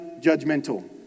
judgmental